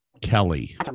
Kelly